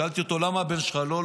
שאלתי אותו: למה הבן שלך לא?